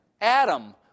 Adam